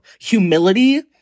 humility